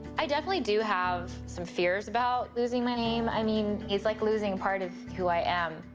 i definitely do have some fears about losing my name. i mean, it's like losing part of who i am.